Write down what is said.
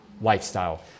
lifestyle